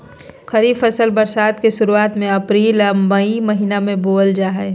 खरीफ फसल बरसात के शुरुआत में अप्रैल आ मई महीना में बोअल जा हइ